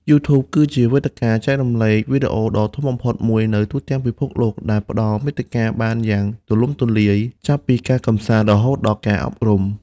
YouTube គឺជាវេទិកាចែករំលែកវីដេអូដ៏ធំបំផុតមួយនៅទូទាំងពិភពលោក ដែលផ្តល់មាតិកាបានយ៉ាងទូលំទូលាយ ចាប់ពីការកម្សាន្ត រហូតដល់ការអប់រំ។